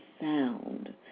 sound